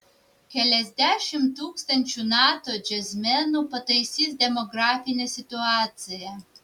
keliasdešimt tūkstančių nato džiazmenų pataisys demografinę situaciją